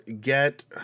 get